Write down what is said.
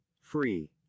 free